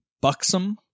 buxom